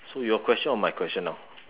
so your question or my question now